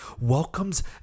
welcomes